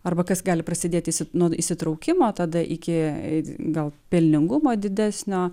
arba kas gali prasidėti nuo įsitraukimo tada iki gal pelningumo didesnio